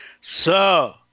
Sir